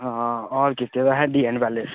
हां हाल कीते दा अ'हें डीऐन्न पैलेस